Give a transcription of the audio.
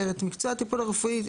הסדרת העיסוק במקצועות הטיפול הרפואי,